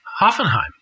Hoffenheim